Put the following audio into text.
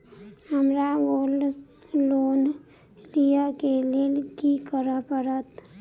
हमरा gold loan लिय केँ लेल की करऽ पड़त?